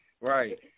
Right